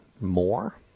more